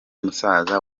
musaza